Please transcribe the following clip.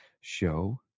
show